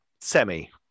Semi